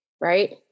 right